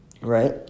right